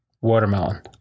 watermelon